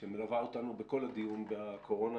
שמלווה אותנו בכל הדיון בקורונה,